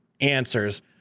answers